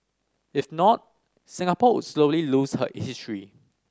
if not Singapore would slowly lose her